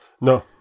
no